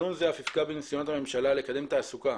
תכנון זה אף יפגע בניסיונות הממשלה לקדם תעסוקה